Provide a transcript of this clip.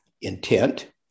intent